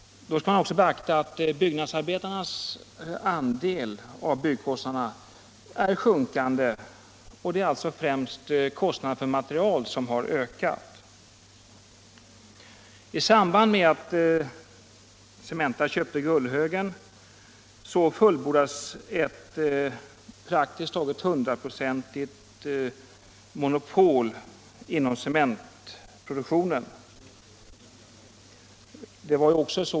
Då skall man också beakta att byggnadsarbetarnas andel av byggkostnaderna är sjunkande. Det är alltså främst kostnaderna för material som har ökat. I samband med att Cementa köpte Gullhögen fullbordades ett praktiskt taget hundraprocentigt monopol inom cementproduktionen.